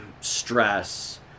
stress